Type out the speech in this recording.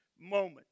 moment